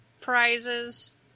prizes